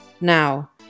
Now